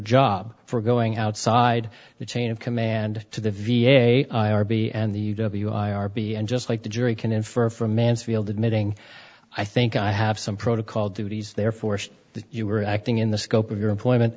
job for going outside the chain of command to the v a i r b and the w i r b and just like the jury can infer from mansfield admitting i think i have some protocol duties they are forced that you were acting in the scope of your employment